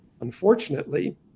unfortunately